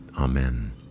Amen